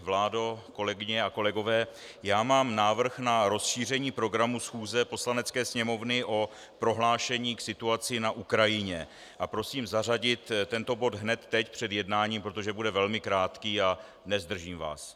Vládo, kolegyně a kolegové, mám návrh na rozšíření pořadu schůze Poslanecké sněmovny o prohlášení k situaci na Ukrajině a prosím zařadit tento bod hned teď před jednáním, protože bude velmi krátký a nezdržím vás.